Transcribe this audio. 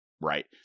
right